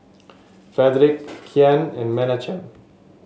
Fredric Kian and Menachem